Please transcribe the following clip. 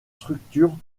structures